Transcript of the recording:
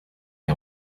est